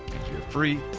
and your free,